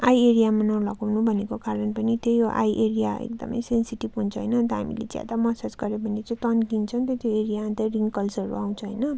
I एरियामा नलगाउनु भनेको कारण पनि त्यही हो आई एरिया एकदम सेन्सिटिभ हुन्छ होइन अन्त हामीले ज्यादा मसाज गऱ्यो भने चाहिँ तन्किन्छ नि त त्यो एरिया अन्त रिङ्कल्सहरू आउँछ होइन